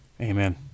Amen